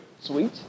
Sweet